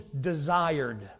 desired